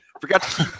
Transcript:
Forgot